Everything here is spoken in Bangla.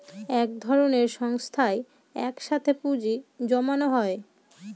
এক ধরনের সংস্থায় এক সাথে পুঁজি জমানো হয়